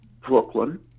Brooklyn